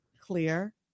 Clear